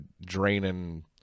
draining